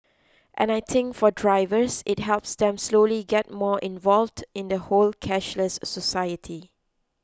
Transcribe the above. and I think for drivers it helps them slowly get more involved in the whole cashless society